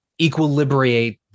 equilibrate